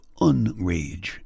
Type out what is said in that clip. unrage